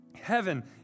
Heaven